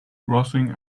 grossing